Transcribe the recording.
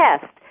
test